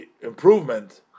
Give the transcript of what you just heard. improvement